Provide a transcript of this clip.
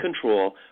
control